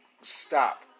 stop